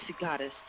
goddess